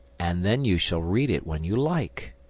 and then you shall read it when you like.